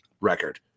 record